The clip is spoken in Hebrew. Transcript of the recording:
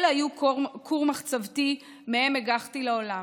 אלה היו כור מחצבתי ומהם הגחתי לעולם,